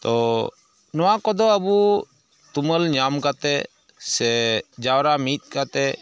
ᱛᱚᱻ ᱱᱚᱣᱟ ᱠᱚᱫᱚ ᱟᱵᱚ ᱛᱩᱢᱟᱹᱞ ᱧᱟᱢ ᱠᱟᱛᱮᱫ ᱥᱮ ᱡᱟᱣᱨᱟ ᱢᱤᱫ ᱠᱟᱛᱮᱫ